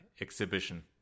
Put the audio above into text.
exhibition